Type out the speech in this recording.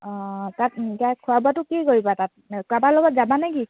অ' তাত খোৱা বোৱাটো কি কৰিবা তাত কাবাৰ লগত যাবা নেকি